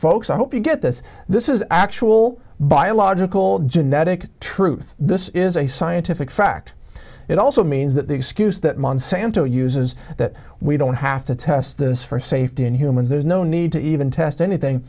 folks i hope you get this this is actual biological genetic truth this is a scientific fact it also means that the excuse that monsanto uses that we don't have to test this for safety in humans there's no need to even test anything